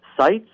sites